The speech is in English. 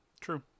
True